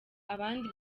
abandi